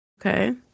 okay